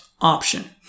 option